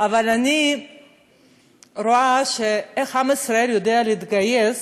אבל אני רואה איך עם ישראל יודע להתגייס